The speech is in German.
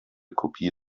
kopie